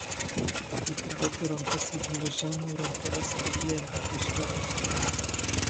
įtraukiu rankas į bluzono rankoves ir tyliai laukiu istorijos tęsinio